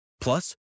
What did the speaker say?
Plus